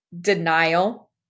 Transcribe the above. denial